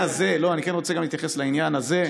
לא, אני כן רוצה להתייחס גם לעניין הזה.